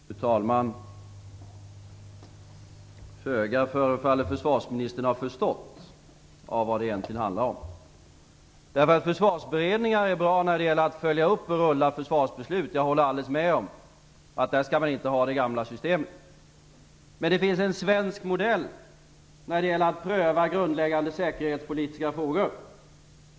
Fru talman! Föga förefaller försvarsministern ha förstått vad det egentligen handlar om. Försvarsberedningar är bra när det gäller att följa upp försvarsbeslut, det håller jag helt med om. Där skall man inte ha det gamla systemet. Det finns en svensk modell när det gäller att pröva grundläggande säkerhetspolitiska frågor.